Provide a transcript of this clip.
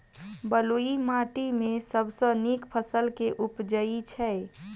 बलुई माटि मे सबसँ नीक फसल केँ उबजई छै?